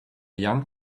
young